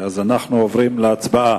אנחנו עוברים להצבעה.